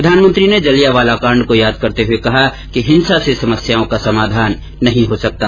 प्रधानमंत्री ने जलियावाला काण्ड को याद करते हुए कहा कि हिंसा से समस्याओं का समाधान नहीं हो सकता है